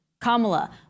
Kamala